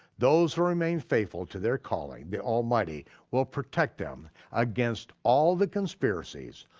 those who remain faithful to their calling, the almighty will protect them against all the conspiracies,